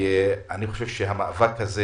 אני חושב שהמאבק הזה